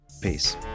peace